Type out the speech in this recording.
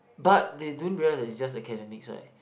but they don't realize is just academic right